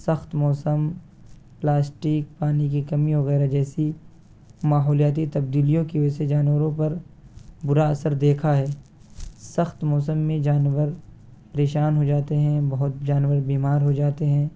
سخت موسم پلاسٹک پانی کی کمی وغیرہ جیسی ماحولیاتی تبدیلیوں کی وجہ سے جانوروں پر برا اثر دیکھا ہے سخت موسم میں جانور پریشان ہو جاتے ہیں بہت جانور بیمار ہو جاتے ہیں